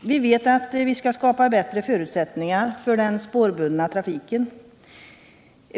Vi vet att vi skall skapa bättre förutsättningar för den spårbundna trafiken.